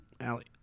Allie